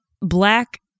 black